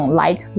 light